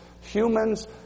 humans